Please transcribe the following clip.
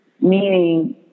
Meaning